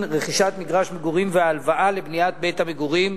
רכישת מגרש מגורים והלוואה לבניית בית-המגורים,